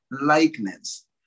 likeness